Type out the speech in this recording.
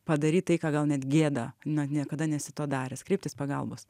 padaryt tai ką gal net gėda na niekada nesi to daręs kreiptis pagalbos